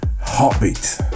Heartbeat